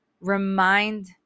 remind